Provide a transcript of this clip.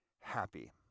happy